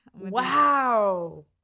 Wow